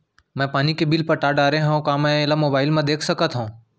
मैं पानी के बिल पटा डारे हव का मैं एला मोबाइल म देख सकथव?